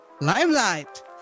Limelight